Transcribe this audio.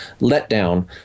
letdown